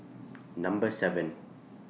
Number seven